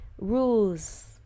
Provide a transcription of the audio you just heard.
rules